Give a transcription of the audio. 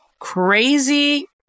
crazy